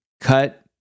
cut